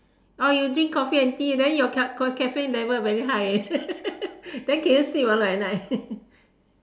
oh you drink coffee and tea then your c~ caffeine level very high eh then can you sleep or not at night